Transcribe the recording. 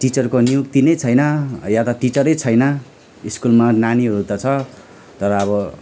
टिचरको नियुक्ति नै छैन वा त टिचर छैन स्कुलमा नानीहरू त छ तर अब